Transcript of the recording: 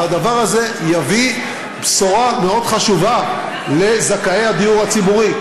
והדבר הזה יביא בשורה מאוד חשובה לזכאי הדיור הציבורי.